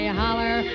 holler